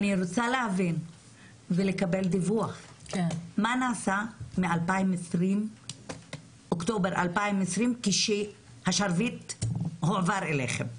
רוצה להבין ולקבל דיווח מה נעשה מאוקטובר 2020 כשהשרביט הועבר אליכם.